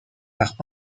par